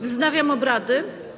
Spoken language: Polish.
Wznawiam obrady.